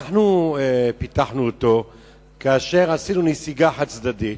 אנחנו פיתחנו אותו כאשר עשינו נסיגה חד-צדדית.